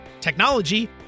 technology